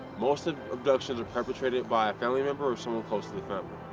most of abductions are perpetrated by a family member or someone close to the family.